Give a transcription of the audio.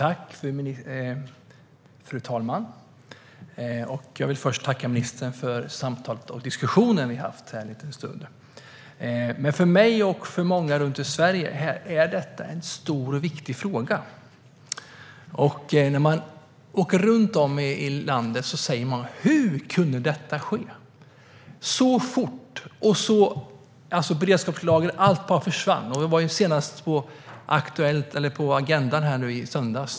Fru talman! Jag tackar ministern för den diskussion som vi har haft. För mig och för många runt om i Sverige är detta en stor och viktig fråga. När man åker runt i landet säger människor: Hur kunde detta ske så fort? Beredskapslager och så vidare bara försvann. Detta diskuterades också i Agenda i söndags.